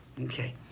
Okay